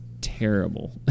terrible